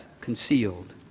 concealed